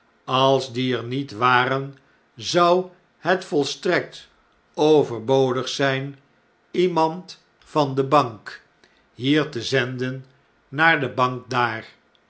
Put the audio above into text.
als die er niet waren zou het volstrelt overbodig zbn iemand van de bank hier dickens in londen en faryjs in londen en parijs te zenden naar de bank daar